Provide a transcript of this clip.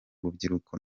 rubyiruko